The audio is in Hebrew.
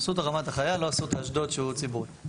אסותא רמת החייל, לא אסותא אשדוד שהוא ציבורי.